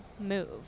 move